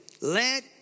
Let